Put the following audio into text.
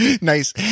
Nice